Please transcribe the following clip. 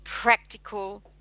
practical